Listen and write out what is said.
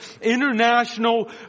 international